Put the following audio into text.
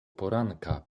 poranka